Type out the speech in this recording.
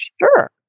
Sure